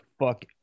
fuck